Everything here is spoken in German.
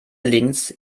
links